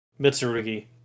Mitsurugi